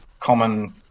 common